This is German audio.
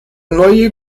neue